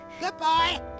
Goodbye